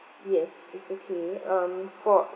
yes is okay um for